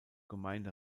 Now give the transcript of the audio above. gemeinde